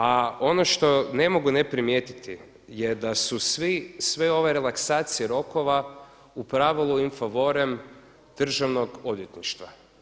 A ono što ne mogu ne primijetiti je da su sve ove relaksacije rokova u pravili in favorem državnog odvjetništva.